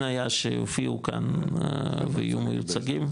הזהב ומן הדין היה שיופיעו כאן ויהיו מיוצגים,